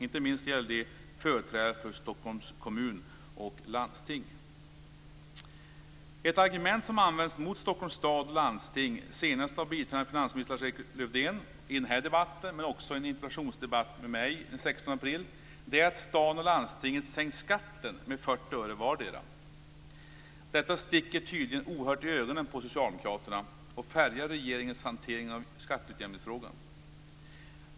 Inte minst gäller det företrädare för Ett argument som används mot Stockholms stad och landsting, senast av biträdande finansminister Lars-Erik Lövdén i den här debatten men också i en interpellationsdebatt med mig den 16 april, är att staden och landstinget sänkt skatten med 40 öre vardera. Detta sticker tydligen oerhört i ögonen på socialdemokraterna och färgar regeringens hantering av skatteutjämningsfrågan.